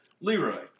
Leroy